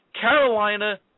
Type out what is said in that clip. Carolina